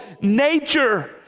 nature